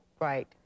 Right